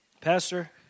Pastor